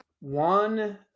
one